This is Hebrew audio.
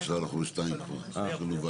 לא עכשיו, כבר 14:00. יש לנו עוד